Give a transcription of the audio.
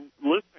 listening